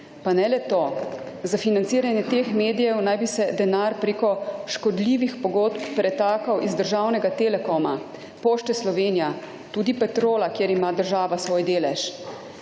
Pa ne le to, za financiranje teh medijev naj bi se denar preko škodljivih pogodb pretakal iz državnega Telekoma, Pošte Slovenije, tudi Petrola, kjer ima država svoj delež.